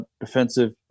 defensive